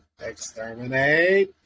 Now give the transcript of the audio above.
Exterminate